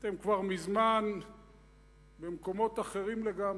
אתם כבר מזמן במקומות אחרים לגמרי.